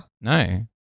No